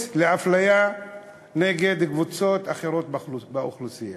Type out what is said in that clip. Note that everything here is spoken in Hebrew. לאפליה נגד קבוצות אחרות באוכלוסייה,